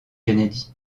kennedy